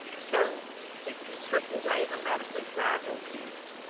so if you took away the medically fragile piece,